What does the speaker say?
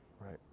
Right